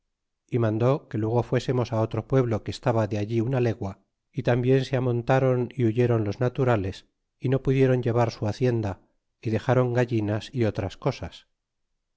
y mandó que hiegó fuésemos otro pueblo que estaba de allí tina legua y tanabien se arrhintron y huyeron los naturalea y no pudieron llevar su hacienda y dexron gallinas y otras c